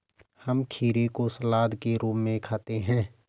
हम खीरे को सलाद के रूप में खाते हैं